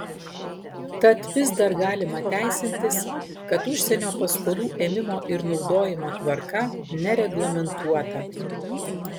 tad vis dar galima teisintis kad užsienio paskolų ėmimo ir naudojimo tvarka nereglamentuota